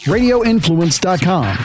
RadioInfluence.com